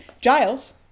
Giles